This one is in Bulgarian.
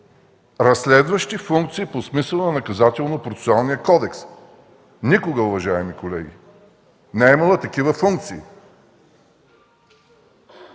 разследващи функции по смисъла на Наказателно-процесуалния кодекс? Никога, уважаеми колеги, не е имала такива функции.